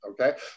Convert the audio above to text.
Okay